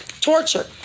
Torture